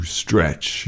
stretch